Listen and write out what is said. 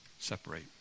Separate